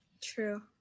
true